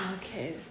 Okay